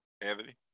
Anthony